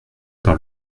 par